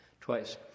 twice